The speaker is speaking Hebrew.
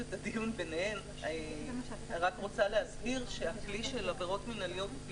אני רוצה להסביר שהכלי של עבירות מנהליות הוא שימושי,